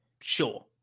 Sure